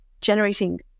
generating